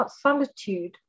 solitude